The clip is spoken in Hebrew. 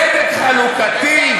צדק חלוקתי?